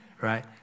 right